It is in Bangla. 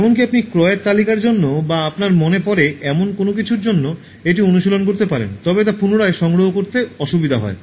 এমনকি আপনি ক্রয়ের তালিকার জন্য বা আপনার মনে পড়ে এমন যে কোনও কিছুর জন্য এটি অনুশীলন করতে পারেন তবে তা পুনরায় সংগ্রহ করতে অসুবিধা হয়